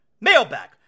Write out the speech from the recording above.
mailbag